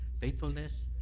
faithfulness